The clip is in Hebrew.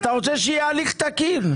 אתה רוצה שיהיה הליך תקין.